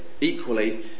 Equally